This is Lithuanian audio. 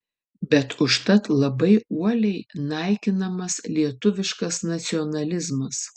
bet užtat labai uoliai naikinamas lietuviškas nacionalizmas